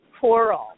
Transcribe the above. coral